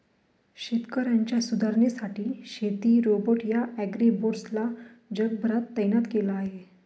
शेतकऱ्यांच्या सुधारणेसाठी शेती रोबोट या ॲग्रीबोट्स ला जगभरात तैनात केल आहे